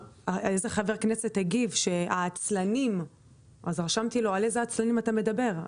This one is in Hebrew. איזה חבר כנסת הגיב 'העצלנים'; אז רשמתי לו על איזה עצלנים אתה מדבר,